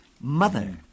mother